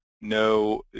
no